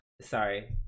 sorry